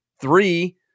three